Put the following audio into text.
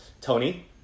Tony